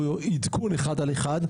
או עדכון אחד על אחד.